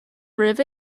roimh